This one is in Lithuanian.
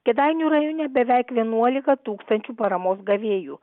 kėdainių rajone beveik vienuolika tūkstančių paramos gavėjų